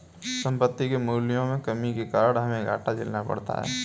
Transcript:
संपत्ति के मूल्यों में कमी के कारण हमे घाटा झेलना पड़ा था